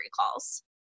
calls